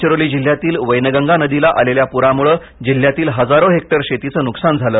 गडचिरोली जिल्ह्यातील वैनगंगा नदीला आलेल्या प्रामुळे जिल्ह्यातील हजारो हेक्टर शेतीचे नुकसान झाले